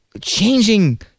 changing